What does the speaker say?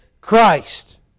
Christ